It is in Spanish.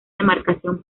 demarcación